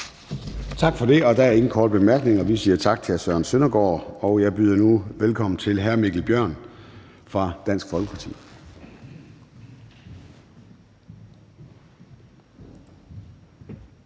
Tak for det. Og der er ingen korte bemærkninger. Vi siger tak til hr. Søren Søndergaard, og jeg byder nu velkommen til hr. Mikkel Bjørn fra Dansk Folkeparti.